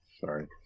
sorry